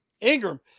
Ingram